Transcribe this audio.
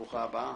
ברוכה הבאה,